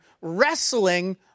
wrestling